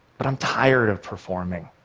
but i'm tired of performing.